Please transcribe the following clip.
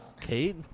Kate